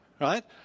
Right